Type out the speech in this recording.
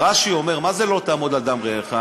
רש"י אומר: מה זה לא תעמוד על דם רעך?